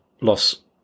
loss